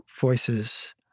voices